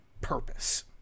purpose